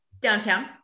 downtown